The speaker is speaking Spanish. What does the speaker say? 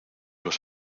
los